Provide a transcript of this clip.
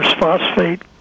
Phosphate